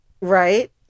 right